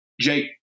Jake